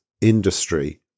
industry